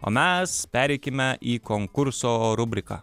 o mes pereikime į konkurso rubriką